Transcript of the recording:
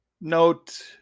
note